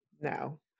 no